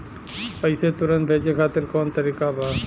पैसे तुरंत भेजे खातिर कौन तरीका बा?